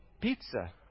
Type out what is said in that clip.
pizza